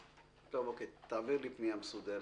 טוב, גבי, תעביר לי פנייה מסודרת